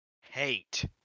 hate—